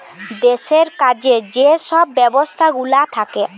দেশের কাজে যে সব ব্যবস্থাগুলা থাকে